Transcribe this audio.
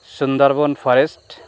Sundarban forest